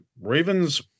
Ravens